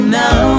now